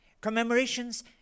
Commemorations